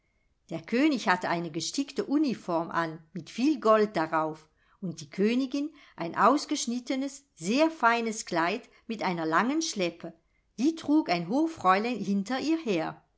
der könig hatte eine gestickte uniform an mit viel gold darauf und die königin ein ausgeschnittenes sehr feines kleid mit einer langen schleppe die trug ein hoffräulein hinter ihr her